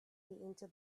into